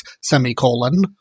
semicolon